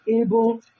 able